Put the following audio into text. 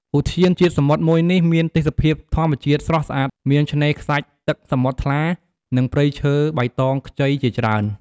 ឧទ្យានជាតិសមុទ្រមួយនេះមានទេសភាពធម្មជាតិស្រស់ស្អាតមានឆ្នេរខ្សាច់ទឹកសមុទ្រថ្លា និងព្រៃឈើបៃតងខ្ចីជាច្រើន។